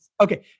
Okay